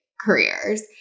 careers